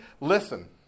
Listen